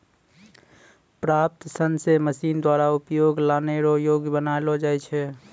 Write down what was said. प्राप्त सन से मशीन द्वारा उपयोग लानै रो योग्य बनालो जाय छै